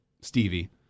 Stevie